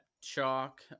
chalk